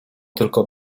tylko